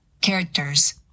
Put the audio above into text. Characters